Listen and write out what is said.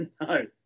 No